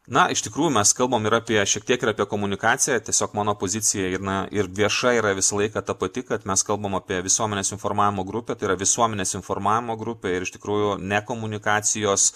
na iš tikrųjų mes kalbam ir apie šiek tiek ir apie komunikaciją tiesiog mano pozicija ji na ir vieša yra visą laiką ta pati kad mes kalbam apie visuomenės informavimo grupę tai yra visuomenės informavimo grupė ir iš tikrųjų ne komunikacijos